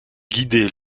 guider